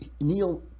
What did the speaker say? Neil